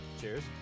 Cheers